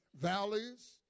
valleys